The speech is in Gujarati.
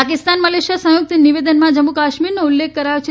પાકિસ્તાન મલેશિયા સંયુક્ત નિવેદનમાં જમ્મુ કાશમીર નો ઉલ્લેખ કરાયો છે